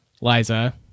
Liza